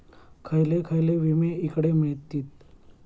खयले खयले विमे हकडे मिळतीत?